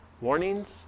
warnings